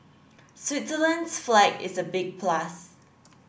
Switzerland's flag is a big plus